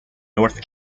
north